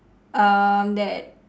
um that